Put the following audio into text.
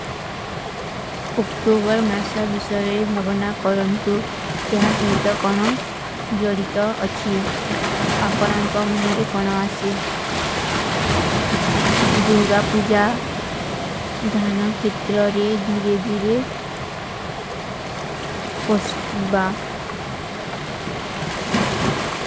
ଉକ୍ଟୋବର ମାସା ଵିଷଯରେ ଭାଵନା କରନତୋ ଯହାଂ ସହିତ କନନ ଜଡୀତ ଅଚ୍ଛୀ। ଆପଡାନ କମନରେ କନନ ଆଶେ। ଦୁର୍ଗା ପୁଜା ଧାନ ଖିତ୍ରରେ ଧୀରେ ଧୀରେ ପସ୍ତିବା।